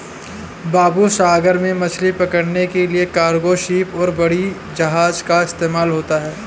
बाबू सागर में मछली पकड़ने के लिए कार्गो शिप और बड़ी जहाज़ का इस्तेमाल होता है